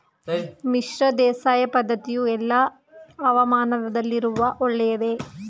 ಮಿಶ್ರ ಬೇಸಾಯ ಪದ್ದತಿಯು ಎಲ್ಲಾ ಹವಾಮಾನದಲ್ಲಿಯೂ ಒಳ್ಳೆಯದೇ?